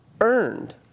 earned